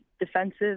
defensive